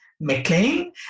McLean